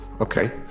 okay